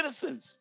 citizens